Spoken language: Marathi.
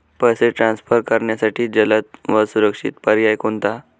पैसे ट्रान्सफर करण्यासाठी जलद व सुरक्षित पर्याय कोणता?